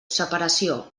separació